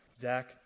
zach